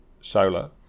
solar